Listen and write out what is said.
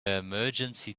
emergency